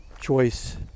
choice